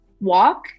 walk